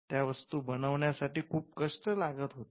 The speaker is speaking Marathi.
त्या वस्तू बनवण्या साठी खूप कष्ट लागत होते